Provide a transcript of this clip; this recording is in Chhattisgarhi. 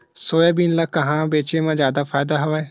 सोयाबीन ल कहां बेचे म जादा फ़ायदा हवय?